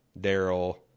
Daryl